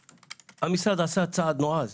המשרד עשה צעד נועז